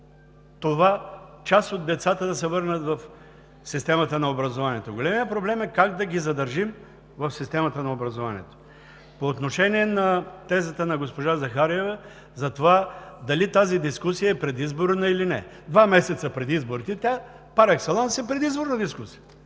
това част от децата да се върнат в системата на образованието. Големият проблем е как да ги задържим в системата на образованието. По отношение на тезата на госпожа Захариева за това дали дискусията е предизборна или не. Два месеца преди изборите тя парекселанс е предизборна дискусия,